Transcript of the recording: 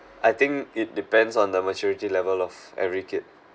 I think it depends on the maturity level of every kid